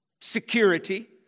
security